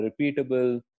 repeatable